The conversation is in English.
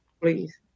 Please